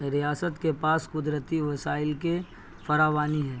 ریاست کے پاس قدرتی وسائل کے فراوانی ہے